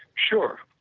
sure.